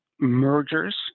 mergers